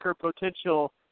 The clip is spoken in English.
potential